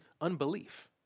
unbelief